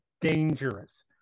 dangerous